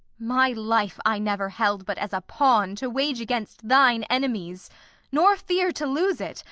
my life i never held but as a pawn to wage against thine enemies nor fear to lose it,